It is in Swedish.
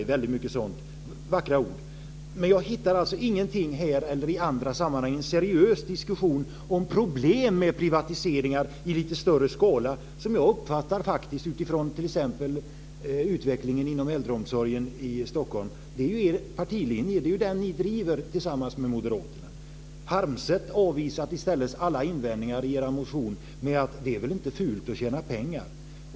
Det är väldigt många vackra ord. Men jag hittar varken här eller i andra sammanhang en seriös diskussion om problem med privatiseringar i lite större skala. Jag uppfattar faktiskt, utifrån t.ex. utvecklingen inom äldreomsorgen i Stockholm, att det är er partilinje. Det är ju den ni driver tillsammans med moderaterna. Harmset avvisas i stället alla invändningar mot er motion med att det inte är fult att tjäna pengar.